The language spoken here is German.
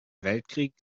weltkrieg